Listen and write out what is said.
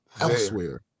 elsewhere